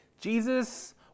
jesus